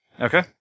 Okay